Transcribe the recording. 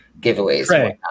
giveaways